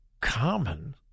common